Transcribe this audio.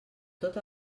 tot